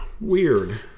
weird